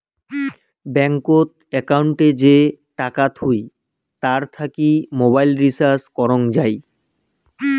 ব্যাঙ্কত একউন্টে যে টাকা থুই তার থাকি মোবাইল রিচার্জ করং যাই